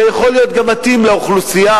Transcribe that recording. יכול להיות גם מתאים לאוכלוסייה,